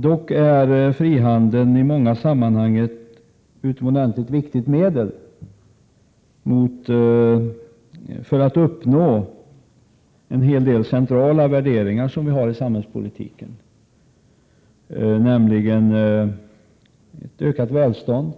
Dock är frihandeln i många sammanhang ett utomordentligt viktigt medel för att uppnå en hel del centrala värderingar i samhällspolitiken, nämligen ett ökat välstånd,